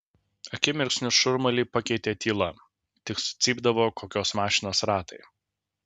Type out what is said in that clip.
akimirksniu šurmulį pakeitė tyla tik sucypdavo kokios mašinos ratai